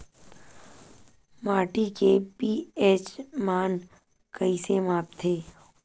माटी के पी.एच मान कइसे मापथे?